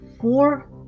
four